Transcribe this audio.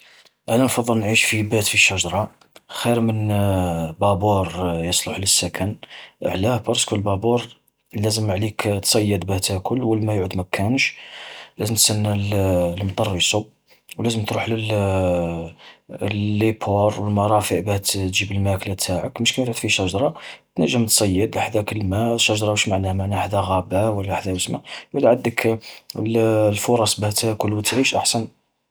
أتا نفضل أني نعيش في بيت في شجرة، خير من بابور يصلح للسكن. علاه؟ برسكو البابور لازم عليك تصيد باه تاكل والماء يعود مكانش، لازم تستنى المطر يصب، ولازم تروح لل لل لي بور والمرافئ باه ت-تجيب الماكلة تاعك. مش كيما تعود في شجرة، تنجم تصيد حذاك الما، الشجرة وش معناها، معناها حذا قابة ولا حذا الوسماه، يولي عندك الفرص باه تاكل و تعيش أحسن.